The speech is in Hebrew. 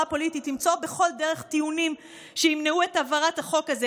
הפוליטית למצוא בכל דרך טיעונים שימנעו את העברת החוק הזה,